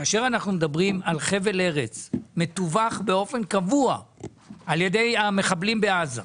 כאשר אנחנו מדברים על חבל ארץ מטווח באופן קבוע על ידי המחבלים בעזה.